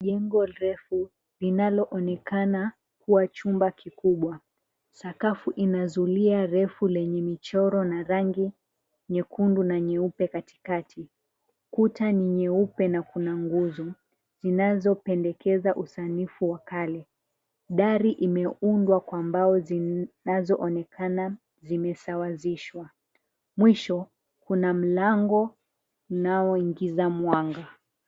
Jengo refu linaloonekana kuwa chumba kikubwa. Sakafu ina zulia refu lenye michoro na rangi nyekundu na nyeupe katikati. Kuta ni nyeupe na kuna nguzo zinazopendekeza usanifu wa kale. Dari imeundwa kwa mbao zinazoonekana zimesawazishwa. Mwisho, kuna mlango unaoingiza mwanga.